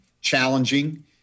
challenging